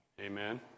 Amen